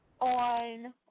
on